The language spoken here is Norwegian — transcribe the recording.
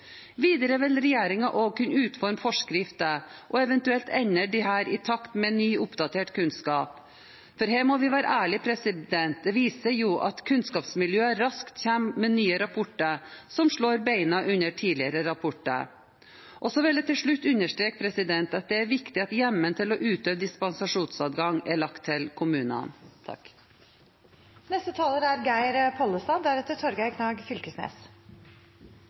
Videre vil regjeringen også kunne utforme forskrifter og eventuelt endre disse i takt med ny oppdatert kunnskap. For her må vi være ærlige: Det viser seg jo at kunnskapsmiljøer raskt kommer med nye rapporter som slår beina under tidligere rapporter. Og så vil jeg til slutt understreke at det er viktig at hjemmelen til å utøve dispensasjonsadgang er lagt til kommunene. Dette er ein trist dag for norsk landbruk og for norsk matproduksjon. Det er